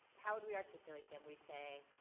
how would we articulate them? we'd say,